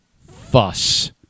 fuss